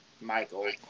michael